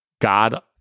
God